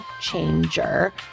changer